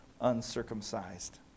uncircumcised